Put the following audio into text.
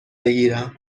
بگیرم